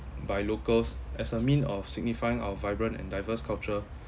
by locals as a mean of signifying our vibrant and diverse culture